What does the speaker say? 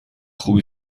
خوبی